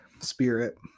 spirit